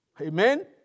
Amen